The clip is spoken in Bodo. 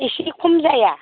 एसे खम जाया